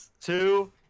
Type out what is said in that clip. two